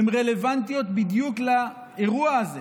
הן רלוונטיות בדיוק לאירוע הזה,